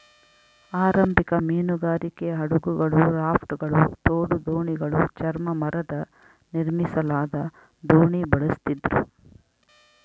ಆರಂಭಿಕ ಮೀನುಗಾರಿಕೆ ಹಡಗುಗಳು ರಾಫ್ಟ್ಗಳು ತೋಡು ದೋಣಿಗಳು ಚರ್ಮ ಮರದ ನಿರ್ಮಿಸಲಾದ ದೋಣಿ ಬಳಸ್ತಿದ್ರು